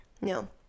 No